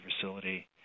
facility